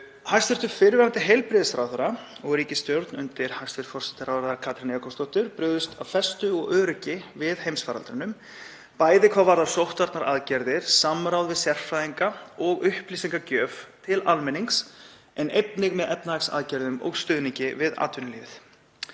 Hæstv. fyrrverandi heilbrigðisráðherra og ríkisstjórn hæstv. forsætisráðherra Katrínar Jakobsdóttur brást af festu og öryggi við heimsfaraldrinum, bæði hvað varðar sóttvarnaaðgerðir, samráð við sérfræðinga og upplýsingagjöf til almennings en einnig með efnahagsaðgerðum og stuðningi við atvinnulífið.